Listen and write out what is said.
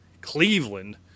Cleveland